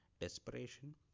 desperation